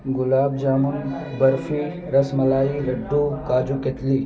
گلاب jamun barfi rasmalai laddoo kaju katli